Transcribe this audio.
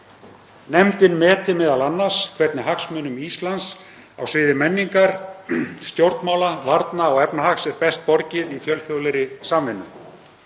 Nefndin meti m.a. hvernig hagsmunum Íslands á sviði menningar, stjórnmála, varna og efnahags er best borgið í fjölþjóðlegri samvinnu.